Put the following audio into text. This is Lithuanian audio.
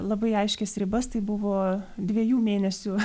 labai aiškias ribas tai buvo dviejų mėnesių